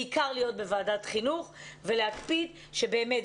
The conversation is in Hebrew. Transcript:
בעיקר להיות בוועדת חינוך ולהקפיד שבאמת,